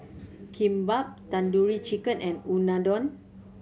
Kimbap Tandoori Chicken and Unadon